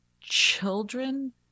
children